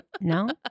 No